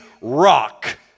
rock